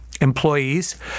employees